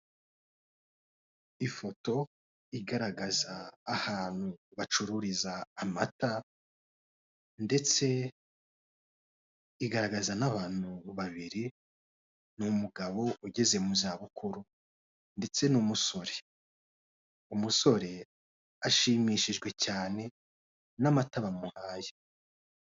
Ifoto igaragaza ahantu bacururiza amata, ndetse igaragaza n'abantu babiri, n'umugabo ugeze mu za bukuru ndetse n'umusore. Umusore ashimishijwe cyane n'amata bamuhaye.